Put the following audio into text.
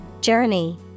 Journey